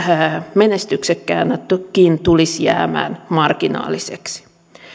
menestyksekkäänäkin tulisi jäämään marginaaliseksi